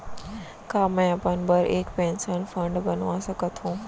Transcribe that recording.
का मैं अपन बर एक पेंशन फण्ड बनवा सकत हो?